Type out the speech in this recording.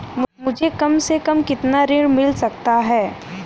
मुझे कम से कम कितना ऋण मिल सकता है?